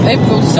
April